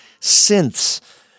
Synths